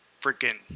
freaking